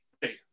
hey